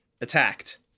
attacked